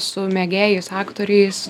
su mėgėjais aktoriais